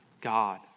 God